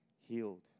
healed